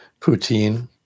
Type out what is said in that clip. poutine